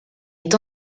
est